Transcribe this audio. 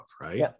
right